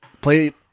play